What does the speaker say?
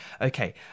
Okay